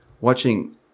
watching